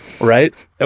right